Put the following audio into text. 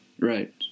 Right